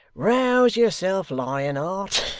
rouse yourself, lion-heart.